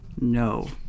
No